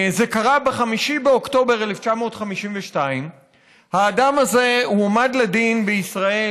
זה קרה ב-5 באוקטובר 1952. האדם הזה הועמד לדין בישראל,